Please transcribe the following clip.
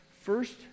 first